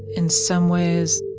in some ways,